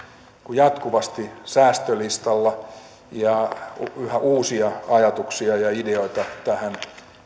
jatkuvasti säästölistalla ja yhä uusia ajatuksia ja ideoita tähän